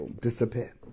disappear